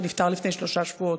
שנפטר לפני שלושה שבועות.